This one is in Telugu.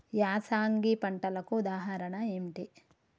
యాసంగి పంటలకు ఉదాహరణ ఏంటి?